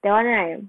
that [one] right